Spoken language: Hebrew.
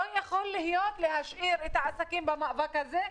לא יכול להיות שישאירו את העסקים במאבק הזה לבד,